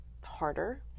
harder